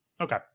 Okay